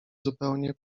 zupełnie